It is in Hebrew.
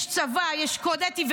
יש צבא, יש קוד אתי.